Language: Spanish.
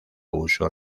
uso